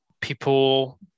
people